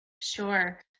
Sure